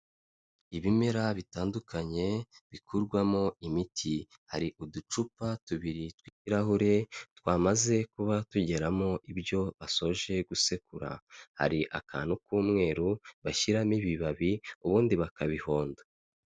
Ibimera bitandukanye bikorwamo imiti, hari uducupa tubiri tw'ibirahure twamaze kuba tugeramo ibyo basoje gusekura, hari akantu k'umweru bashyiramo ibibabi ubundi bakabihonda.